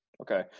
Okay